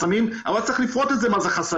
"חסמים" אבל צריך לפרוט את זה ולהגיד מה זה חסמים.